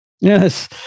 Yes